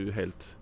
helt